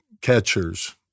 catchers